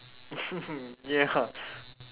ya